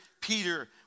Peter